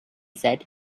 said